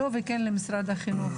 וגם למשרד החינוך.